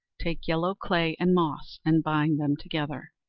take yellow clay and moss, and bind them together,